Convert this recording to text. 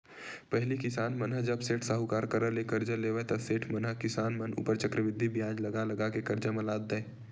पहिली किसान मन ह जब सेठ, साहूकार करा ले करजा लेवय ता सेठ मन ह किसान मन ऊपर चक्रबृद्धि बियाज लगा लगा के करजा म लाद देय